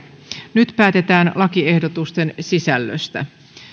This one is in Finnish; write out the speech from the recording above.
nyt päätetään lakiehdotusten sisällöstä